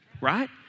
right